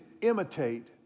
imitate